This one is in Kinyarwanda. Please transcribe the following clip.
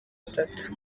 atatu